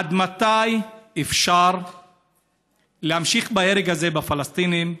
עד מתי אפשר להמשיך בהרג הזה בפלסטינים?